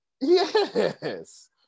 Yes